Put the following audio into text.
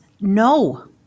no